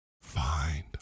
find